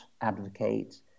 advocate